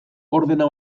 ordena